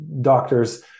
doctors